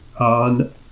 on